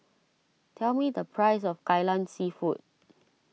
tell me the price of Kai Lan Seafood